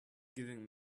giving